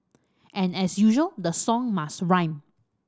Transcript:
and as usual the song must rhyme